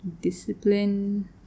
Discipline